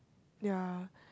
ya